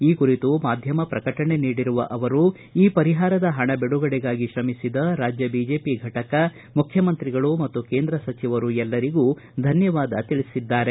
ಈ ಕುರಿತು ಮಾಧ್ಯಮ ಪ್ರಕಟಣೆ ನೀಡಿರುವ ಅವರು ಈ ಪರಿಹಾರದ ಹಣ ಬಿಡುಗಡೆಗಾಗಿ ತ್ರಮಿಸಿದ ರಾಜ್ಯ ಬಿಜೆಪಿ ಘಟಕ ರಾಜ್ಯದ ಮುಖ್ಯಮಂತ್ರಿಗಳು ಮತ್ತು ಕೇಂದ್ರ ಸಚಿವರು ಮತ್ತು ಎಲ್ಲರಿಗೂ ಧನ್ವವಾದ ತಿಳಿಸಿದ್ದಾರೆ